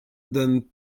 than